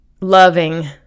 loving